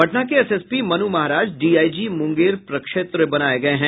पटना के SSP Manu Maharaj DIG Munger प्रक्षेत्र बनाये गये हैं